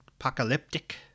apocalyptic